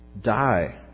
die